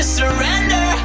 surrender